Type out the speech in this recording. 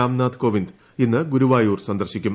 രാംനാഥ് കോവിന്ദ് ഇന്ന് ഗുരുവായൂർ സന്ദർശിക്കും